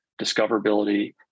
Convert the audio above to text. discoverability